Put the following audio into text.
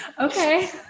Okay